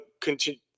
continue